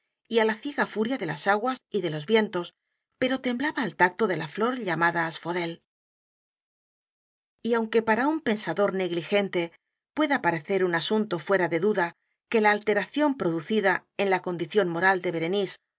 á la ciega furia de las aguas y de los vientos pero temblaba al tacto de la flor llamada asphodel y aunque para un pensador negligente pueda parecer un asunto fuera de duda que la alteración p r o ducida en la condición moral de berenice